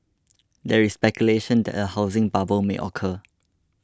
there is speculation that a housing bubble may occur